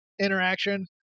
interaction